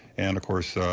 and of course,